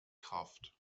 kraft